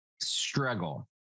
struggle